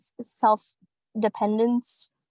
self-dependence